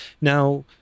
Now